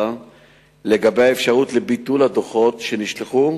לגבי האפשרות לביטול הדוחות שנשלחו,